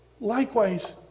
likewise